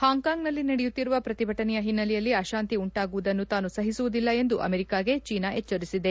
ಹಾಂಗ್ ಕಾಂಗ್ನಲ್ಲಿ ನಡೆಯುತ್ತಿರುವ ಪ್ರತಿಭಟನೆಯ ಹಿನ್ನೆಲೆಯಲ್ಲಿ ಅಶಾಂತಿ ಉಂಟಾಗುವುದನ್ನು ತಾನು ಸಹಿಸುವುದಿಲ್ಲ ಎಂದು ಅಮೆರಿಕಾಗೆ ಚೀನಾ ಎಚ್ಚರಿಸಿದೆ